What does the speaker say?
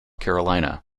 carolina